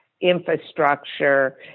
infrastructure